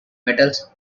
metals